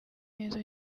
neza